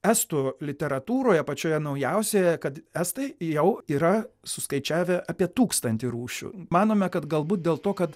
estų literatūroje pačioje naujausioje kad estai jau yra suskaičiavę apie tūkstantį rūšių manome kad galbūt dėl to kad